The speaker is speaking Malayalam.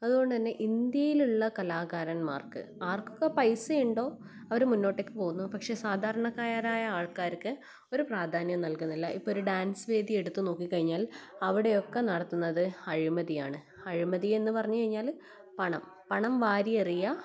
അതുകൊണ്ട് തന്നെ ഇന്ത്യയിലുള്ള കലാകാരന്മാർക്ക് ആർക്കൊക്കെ പൈസ ഉണ്ടോ അവർ മുന്നോട്ടേക്ക് പോകുന്നു പക്ഷേ സാധാരണക്കാരായ ആൾക്കാർക്ക് ഒരു പ്രാധാന്യം നൽകുന്നില്ല ഇപ്പം ഒരു ഡാൻസ് വേദി എടുത്ത് നോക്കിക്കഴിഞ്ഞാൽ അവിടെയൊക്കെ നടത്തുന്നത് അഴിമതിയാണ് അഴിമതിയെന്ന് പറഞ്ഞ് കഴിഞ്ഞാൽ പണം പണം വാരി എറിയ്യ